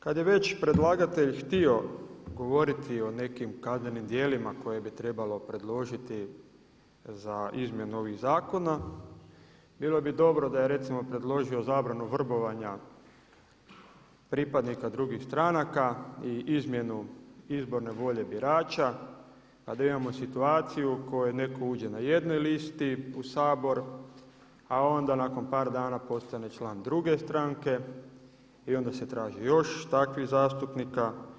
Kada je već predlagatelj htio govoriti o nekim kaznenim djelima koje bi trebalo predložiti za izmjenu ovog zakona, bilo bi dobro da je recimo predložio zabranu vrbovanja pripadnika drugih stranaka i izmjenu izborne volje birača, pa da imamo situaciju u koju neko uđe na jednoj listi u Sabor, a onda nakon par dana postane član druge stranke i onda se traži još takvih zastupnika.